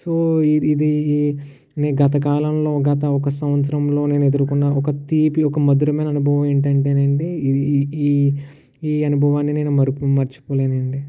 so ఇది ఈ నే గతకాలంలో గత ఒక సంవత్సరంలో నేను ఎదురుకున్న ఒక తీపి ఒక మధురమైన అనుభవం ఏంటంటే అండి ఇది ఈ ఈ అనుభవాన్ని నేను మరుపు మర్చిపోలేను అండీ